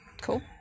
Cool